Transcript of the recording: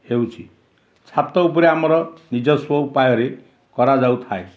ହେଉଛିି ଛାତ ଉପରେ ଆମର ନିଜସ୍ଵ ଉପାୟରେ କରାଯାଉଥାଏ